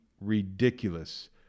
ridiculous